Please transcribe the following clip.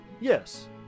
Yes